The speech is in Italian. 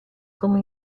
come